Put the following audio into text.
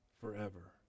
forever